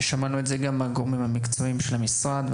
שמענו את זה גם מהגורמים המקצועיים של המשרד.